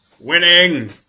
Winning